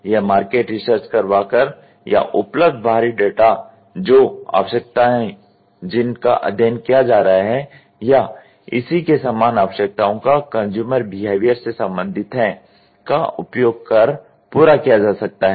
यह market research करवा कर या उपलब्ध बाहरी डाटा जो आवश्यकताओं जिन का अध्ययन किया जा रहा है या इसी के समान आवश्यकताओं का कंज्यूमर बिहेवियर से सम्बन्धित है का उपयोग कर पूरा किया जा सकता है